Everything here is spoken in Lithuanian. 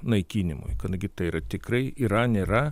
naikinimui kadangi tai yra tikrai yra nėra